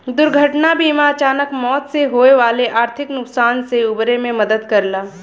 दुर्घटना बीमा अचानक मौत से होये वाले आर्थिक नुकसान से उबरे में मदद करला